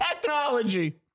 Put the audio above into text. technology